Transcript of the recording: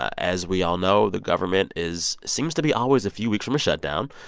as we all know, the government is seems to be always a few weeks from a shutdown.